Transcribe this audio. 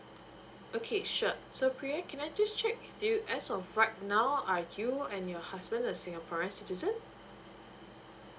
okay sure so pria can I just check with you as of right now are you and your husband the singaporeans citizen